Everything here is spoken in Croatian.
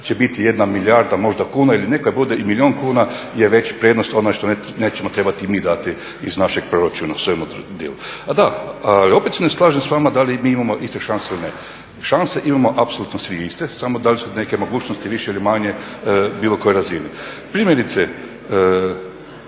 će biti 1 milijarda možda kuna ili neka bude i milijun kuna je već prednost, ono što nećemo trebati mi dati iz našeg proračuna u svemu tom dijelu. Ali opet se ne slažem s vama da li mi imamo iste šanse ili ne. Šanse imamo apsolutno svi iste, samo da li su neke mogućnosti više ili manje bilo koje razine. Primjerice,